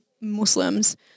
Muslims